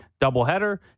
doubleheader